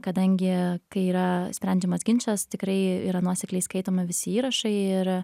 kadangi kai yra sprendžiamas ginčas tikrai yra nuosekliai skaitomi visi įrašai ir